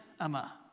Emma